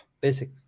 basic